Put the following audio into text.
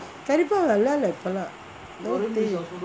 curry puff நல்லாலே இப்பெல்லாம்:nallalae ippellaam